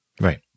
Right